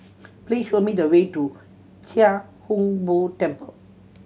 please show me the way to Chia Hung Boo Temple